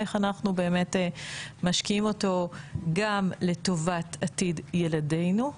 איך אנחנו משקיעים אותם גם לטובת עתיד ילדינו.